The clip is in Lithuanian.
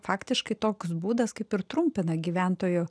faktiškai toks būdas kaip ir trumpina gyventojo